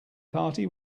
party